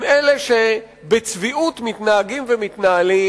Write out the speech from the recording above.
עם אלה שבצביעות מתנהגים ומתנהלים,